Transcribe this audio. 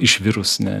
išvirus ne